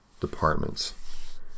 department's